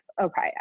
okay